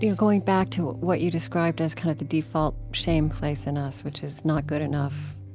you know going back to what you described as kind of the default shame place in us, which is not good enough.